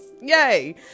Yay